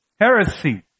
Heresy